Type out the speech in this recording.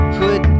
put